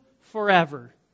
forever